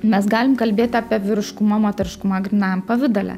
mes galim kalbėti apie vyriškumą moteriškumą grynajam pavidale